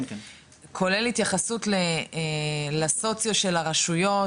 כולל התייחסות לסוציו של הרשויות,